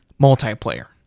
multiplayer